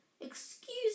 Excuse